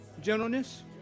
gentleness